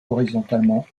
horizontalement